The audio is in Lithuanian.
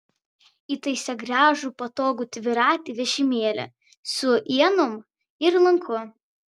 įtaisė gražų patogų dviratį vežimėlį su ienom ir lanku